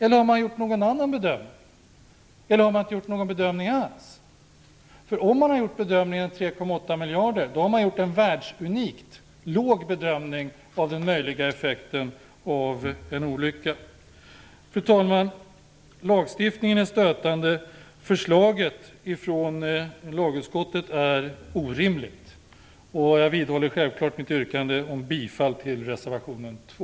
Har man gjort någon annan bedömning? Har man inte gjort någon bedömning alls? Om man har bedömt kostnaden till 3,8 miljarder har man gjort en världsunikt låg bedömning av den möjliga effekten av en olycka. Fru talman! Lagstiftningen är stötande. Förslaget från lagutskottet är orimligt. Jag vidhåller självfallet mitt yrkande om bifall till reservation 2.